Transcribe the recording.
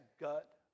gut